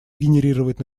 генерировать